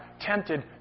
Tempted